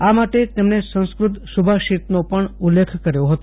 આ માટે તેમણે સંસ્કૃત સુભાષિતનો પણ ઉલ્લેખ કર્યો હતો